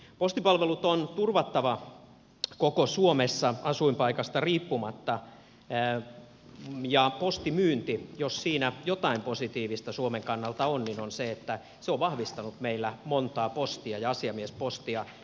postipalvelut on turvattava koko suomessa asuinpaikasta riippumatta ja jos postimyynnissä jotain positiivista suomen kannalta on se on se että se on vahvistanut meillä montaa postia ja asiamiespostia